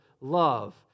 love